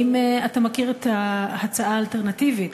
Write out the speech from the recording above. האם אתה מכיר את ההצעה האלטרנטיבית